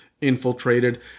infiltrated